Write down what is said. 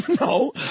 No